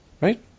right